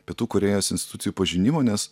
pietų korėjos institucijų pažinimo nes